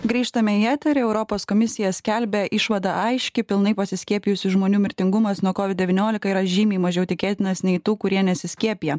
grįžtame į eterį europos komisija skelbia išvada aiški pilnai pasiskiepijusių žmonių mirtingumas nuo kovid devyniolika yra žymiai mažiau tikėtinas nei tų kurie nesiskiepyję